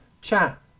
chat